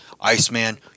Iceman